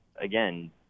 again